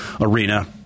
arena